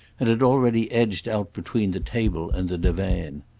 and had already edged out between the table and the divan.